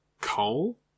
coal